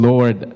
Lord